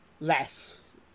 Less